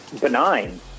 benign